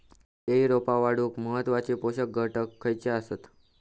केळी रोपा वाढूक महत्वाचे पोषक घटक खयचे आसत?